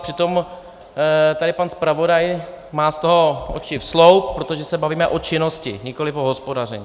A přitom tady pan zpravodaj má z toho oči sloup, protože se bavíme o činnosti, nikoliv o hospodaření.